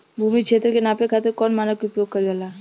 भूमि क्षेत्र के नापे खातिर कौन मानक के उपयोग कइल जाला?